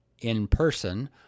in-person